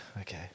okay